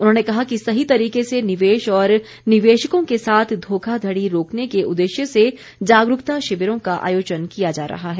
उन्होंने कहा कि सही तरीके से निवेश और निवेशकों के साथ धोखाधड़ी रोकने के उद्देश्य से जागरूकता शिविरों को आयोजन किया जा रहा है